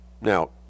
Now